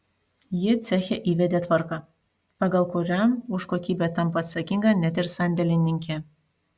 ji ceche įvedė tvarką pagal kurią už kokybę tampa atsakinga net ir sandėlininkė